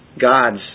God's